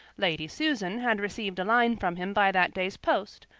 lady susan had received a line from him by that day's post,